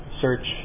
search